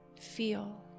Feel